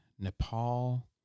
Nepal